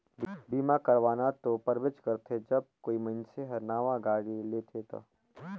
बीमा करवाना तो परबेच करथे जब कोई मइनसे हर नावां गाड़ी लेथेत